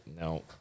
no